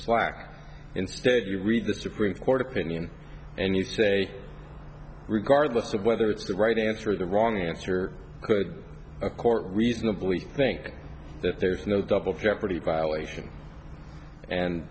slack instead you read the supreme court opinion and you say regardless of whether it's the right answer or the wrong answer could a court reasonably think that there's no double jeopardy violation and